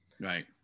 Right